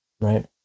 right